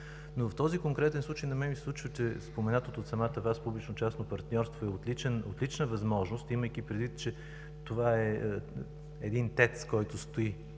В този конкретен случай обаче на мен ми се струва, че споменатото от самата Вас публично-частно партньорство е отлична възможност, имайки предвид, че това е един ТЕЦ, който стои